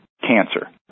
cancer